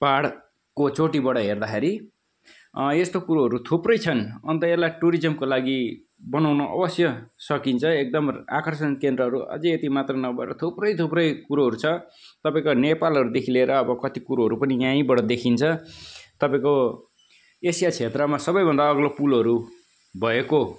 पहाडको चोटीबाट हेर्दाखेरि यस्तो कुरोहरू थुप्रै छन् अन्त यसलाई टुरिज्मको लागि बनाउन अवश्य सकिन्छ एकदम आकर्षण केन्द्रहरू अझ यति मात्र नभएर थुप्रै थुप्रै कुरोहरू छ तपाईँको नेपालहरूदेखि लिएर अब कति कुरोहरू पनि यहीँबाट देखिन्छ तपाईँको एसिया क्षेत्रमा सबैभन्दा अग्लो पुलहरू भएको